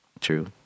True